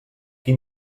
qui